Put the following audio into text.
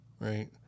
right